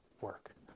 work